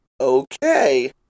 okay